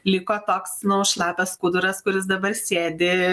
liko toks nu šlapias skuduras kuris dabar sėdi